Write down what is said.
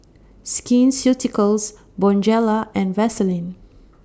Skin Ceuticals Bonjela and Vaselin